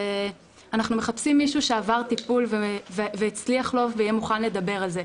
"אנחנו מחפשים מישהו שעבר טיפול והצליח לו ויהיה מוכן לדבר על זה".